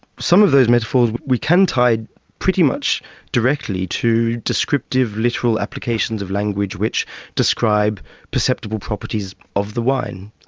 some of those metaphors we can tie pretty much directly to descriptive, literal applications of language which describe perceptible properties of the wine.